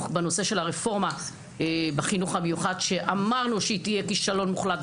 בנושא של הרפורמה בחינוך המיוחד שאמרנו שהיא תהיה כישלון מוחלט.